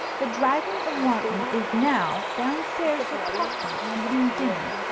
the dragon of wantley is now down-stairs with papa eating dinner,